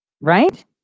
Right